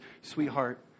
Sweetheart